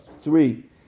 three